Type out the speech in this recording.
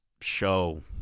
show